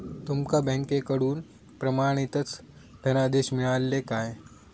तुमका बँकेकडून प्रमाणितच धनादेश मिळाल्ले काय?